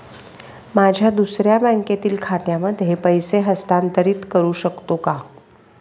माझ्या दुसऱ्या बँकेतील खात्यामध्ये पैसे हस्तांतरित करू शकतो का?